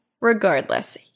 Regardless